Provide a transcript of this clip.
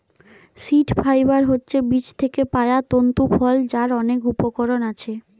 seed fibre হচ্ছে বীজ থিকে পায়া তন্তু ফল যার অনেক উপকরণ আছে